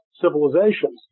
Civilizations